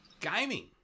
Gaming